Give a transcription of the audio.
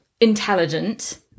intelligent